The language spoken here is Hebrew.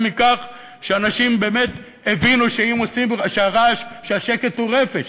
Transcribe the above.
מכך שאנשים באמת הבינו שהשקט הוא רפש,